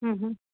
हम्म हम्म